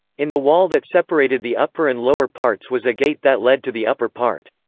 in the wall that separated the upper and lower parts was a gate that led to the upper part.